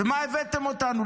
ולְמה הבאתם אותנו?